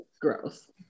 Gross